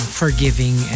forgiving